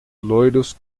loiros